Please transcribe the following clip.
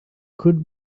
could